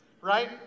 right